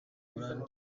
hollande